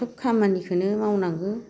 सोब खामानिखौनो मावनांगौ